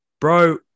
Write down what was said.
bro